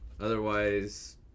Otherwise